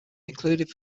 included